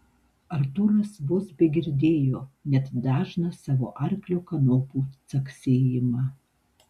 artūras vos begirdėjo net dažną savo arklio kanopų caksėjimą